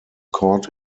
caught